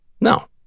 No